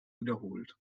wiederholt